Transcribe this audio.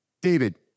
David